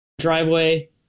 driveway